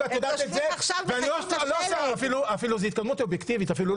התקדמות אובייקטיבית אפילו,